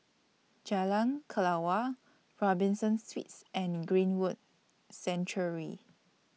Jalan Kelawar Robinson Suites and Greenwood Sanctuary